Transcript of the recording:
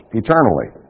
eternally